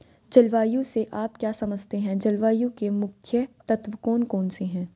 जलवायु से आप क्या समझते हैं जलवायु के मुख्य तत्व कौन कौन से हैं?